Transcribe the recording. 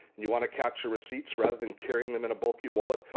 you want to capture receipts rather than carrying them in a bulky wallet,